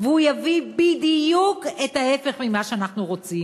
והוא יביא בדיוק את ההפך ממה שאנחנו רוצים.